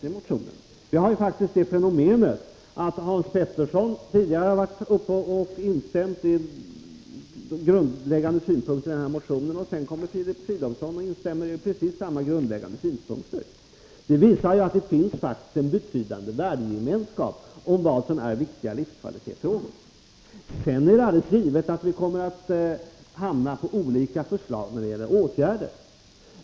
Det fenomenet har faktiskt inträffat att Hans Petersson i Hallstahammar har instämt i de grundläggande synpunkterna, och sedan har Filip Fridolfsson instämt i precis samma synpunkter. Det visar att det finns en betydande värdegemenskap om vad som är viktiga livskvalitetsfrågor. Sedan är det alldeles givet att vi kommer att hamna på olika förslag när det gäller åtgärder.